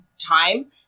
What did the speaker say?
time